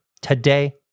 today